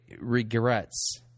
regrets